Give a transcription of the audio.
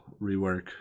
rework